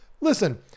Listen